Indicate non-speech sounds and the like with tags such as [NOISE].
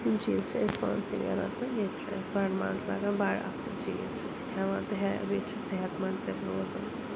یِم چیٖز چھِ اَسہِ پانسٕے نیران تہٕ ییٚتہِ چھُ اَسہِ بَڑماز لگان بَڑٕ اَصٕل چیٖز چھِ کھٮ۪وان تہِ [UNINTELLIGIBLE] بیٚیہِ چھِ صحت منٛد تہِ روزان